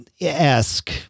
esque